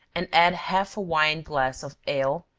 and add half a wine glass of ale,